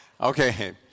Okay